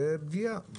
זה פגיעה.